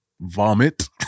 vomit